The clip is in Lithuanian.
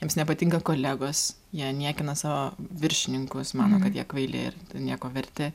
jiems nepatinka kolegos jie niekina savo viršininkus mano kad jie kvaili ir nieko verti